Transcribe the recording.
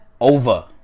over